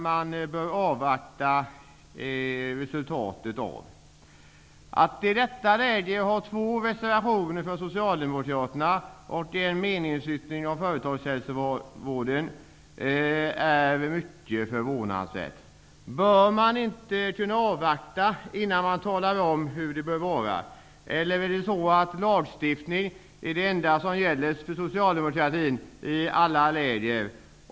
Man bör avvakta resultatet av dessa förhandlingar. Att Socialdemokraterna i detta läge avger två reservationer, och en följdreservation om företagshälsovårdens inriktning, är mycket förvånansvärt. Bör man inte kunna avvakta innan man talar om hur det bör vara? Är lagstiftning det enda som gäller för Socialdemokraterna i alla lägen?